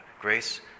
grace